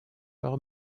leur